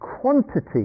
quantity